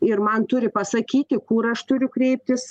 ir man turi pasakyti kur aš turiu kreiptis